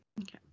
okay